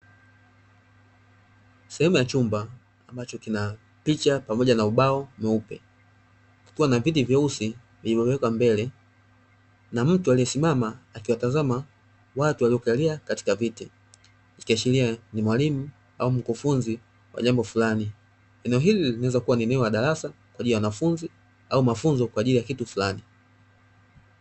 Sehemu ya chumba ambacho kina picha pamoja na ubao mweupe, kukiwa na viti vyeusi vilivyowekwa mbele, na mtu aliyesimama akiwatazama watu waliokalia katika viti, ikiashiria ni mwalimu au mkufunzi wa jambo fulani. Eneo hili linaweza kuwa ni eneo la darasa, kwa ajili ya wanafunzi au mafunzo kwa ajili ya kitu fulani.